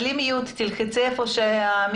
בינתיים כדי לתת מענה פרטני לבעיות שעולות